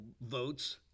votes